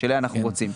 שאותה אנחנו רוצים.